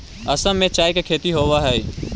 असम में चाय के खेती होवऽ हइ